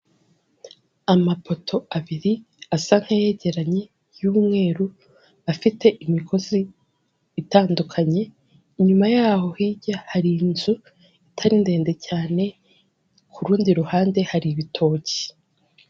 Amapoto abiri asa nk'ayegeranye y'umweru afite imigozi itandukanye, inyuma yaho hirya hari inzu itari ndende cyane, ku rundi ruhande hari ibitoki.